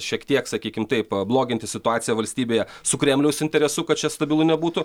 šiek tiek sakykim taip bloginti situaciją valstybėje su kremliaus interesu kad čia stabilu nebūtų